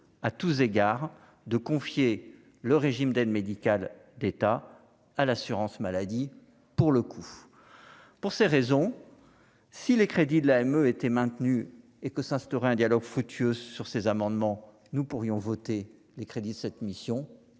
à tous égards, de confier le régime d'aide médicale d'État à l'assurance maladie pour le coup, pour ces raisons, si les crédits de l'AME était maintenu et que s'instaurer un dialogue foutu E sur ces amendements, nous pourrions voter les crédits de cette mission,